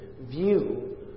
view